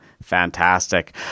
Fantastic